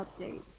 update